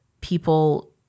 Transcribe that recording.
people